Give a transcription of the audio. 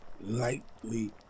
lightly